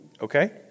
okay